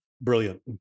Brilliant